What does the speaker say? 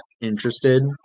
interested